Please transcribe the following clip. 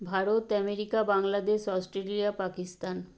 Bharat America Bangladesh Australia Pakistan